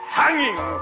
hanging